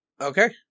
Okay